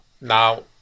Now